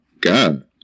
God